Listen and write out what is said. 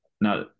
Now